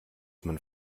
man